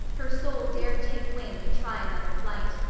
her soul dared take wing, and try another flight.